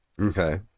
Okay